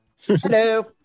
Hello